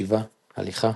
ישיבה, הליכה,